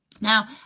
Now